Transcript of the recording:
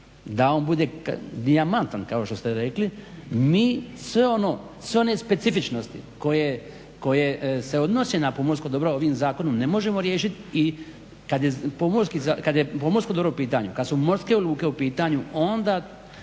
da on bude dijamantan kao što ste rekli mi sve ono, sve one specifičnosti koje se odnose na pomorsko dobro ovim zakonom ne možemo riješiti i kada je pomorsko dobro u pitanju, kad su morske luke u pitanju onda